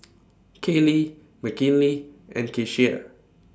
Kaylie Mckinley and Keshia